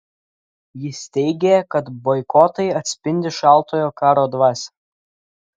jis teigė kad boikotai atspindi šaltojo karo dvasią